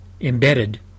embedded